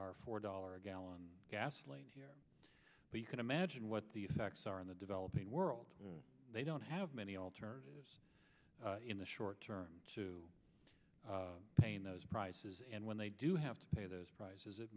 our four dollar a gallon gas but you can imagine what the effects are in the developing world and they don't have many alternatives in the short term to paying those prices and when they do have to pay those prices it